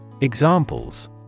Examples